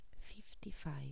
fifty-five